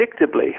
predictably